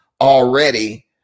already